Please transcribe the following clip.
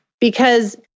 Because-